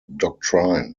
doctrine